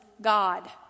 God